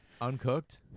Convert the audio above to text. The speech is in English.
Uncooked